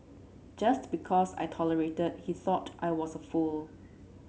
just because I tolerated he thought I was a fool